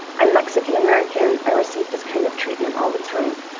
i'm mexican-american. i receive this kind of treatment all the time.